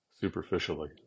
superficially